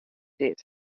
dit